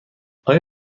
آیا